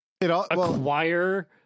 acquire